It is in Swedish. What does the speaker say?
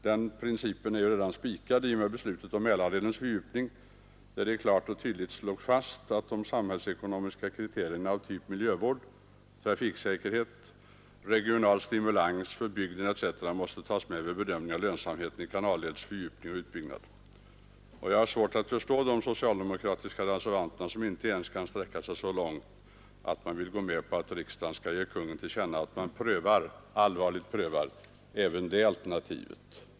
Den principen är redan spikad i och med beslutet om Mälarledens fördjupning där det klart och tydligt slogs fast att de samhällsekonomiska kriterierna miljövård, trafiksäkerhet, regional stimulans för bygden etc. måste tas med vid bedömningen av lönsamheten i en kanalleds fördjupning eller utbyggnad. Jag har verkligen svårt att förstå de socialdemokratiska reservanterna som inte ens kan sträcka sig så långt att man vill gå med på att riksdagen skall ge Kungl. Maj:t till känna att man också allvarligt prövar även utbyggnadsalternativet.